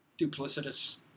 duplicitous